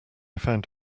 found